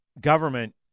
government